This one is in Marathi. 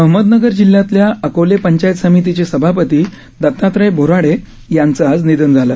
अहमदनगर जिल्ह्यातल्या अकोले पंचायत समितीचे सभापती दत्तात्रय बोऱ्हाडे यांचं आज निधन झालं